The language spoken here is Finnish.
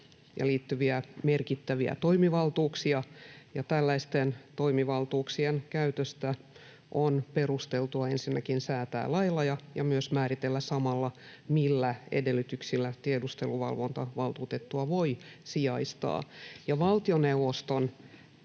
liittyviä merkittäviä toimivaltuuksia, ja tällaisten toimivaltuuksien käytöstä on perusteltua ensinnäkin säätää lailla ja myös määritellä samalla, millä edellytyksillä tiedusteluvalvontavaltuutettua voi sijaistaa. Valtioneuvoston